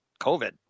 COVID